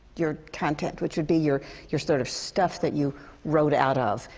your content. which would be your your sort of stuff that you wrote out of.